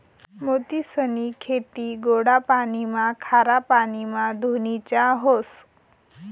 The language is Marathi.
मोतीसनी खेती गोडा पाणीमा, खारा पाणीमा धोनीच्या व्हस